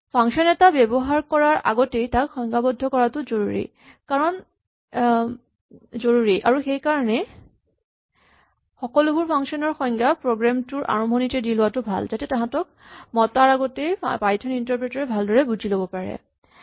function এটা ব্যৱহাৰ কৰাৰ আগতেই তাক সংজ্ঞাবদ্ধ কৰাটো জৰুৰী আৰু সেইকাৰণেই সকলোবোৰ ফাংচন ৰ সংজ্ঞা প্ৰগ্ৰেম টোৰ আৰম্ভণিতে দি লোৱাটো ভাল যাতে তাহাঁতক মতাৰ আগতেই পাইথন ইন্টাৰপ্ৰেটাৰ এ ভালদৰে বুজি লওঁক